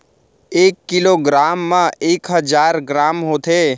एक kilogram मा एक हजार ग्राम होथे